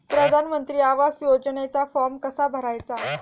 प्रधानमंत्री आवास योजनेचा फॉर्म कसा भरायचा?